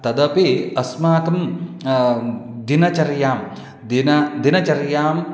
तदपि अस्माकं दिनचर्यां दिनं दिनचर्यां